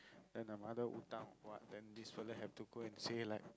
then the mother hutang or what then this fella have to go and say like